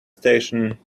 station